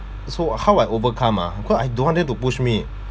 so uh how I overcome ah cause I don't want them to push me